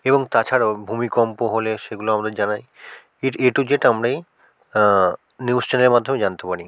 এবং তাছাড়াও ভূমিকম্প হলে সেগুলো আমদের জানাই এর এ টু জেড আমরাই নিউস চ্যানেলের মাধ্যমে জানতে পারি